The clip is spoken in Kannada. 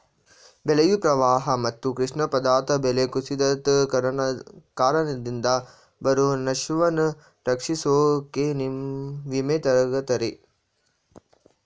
ಬೆಳೆಯು ಪ್ರವಾಹ ಮತ್ತು ಕೃಷಿ ಪದಾರ್ಥ ಬೆಲೆ ಕುಸಿತದ್ ಕಾರಣದಿಂದ ಬರೊ ನಷ್ಟನ ರಕ್ಷಿಸೋಕೆ ವಿಮೆ ತಗತರೆ